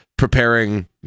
Preparing